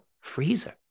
freezer